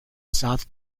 south